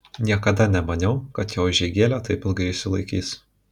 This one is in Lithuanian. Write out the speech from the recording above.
niekada nemaniau kad jo užeigėlė taip ilgai išsilaikys